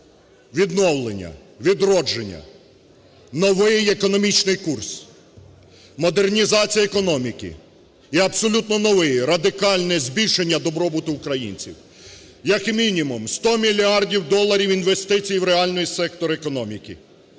відновлення, відродження, новий економічний курс: модернізація економіки і абсолютно нове радикальне збільшення добробуту українців; як мінімум, 100 мільярдів доларів інвестицій в реальний сектор економіки;